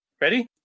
Ready